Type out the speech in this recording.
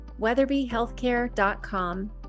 weatherbyhealthcare.com